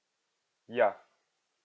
ya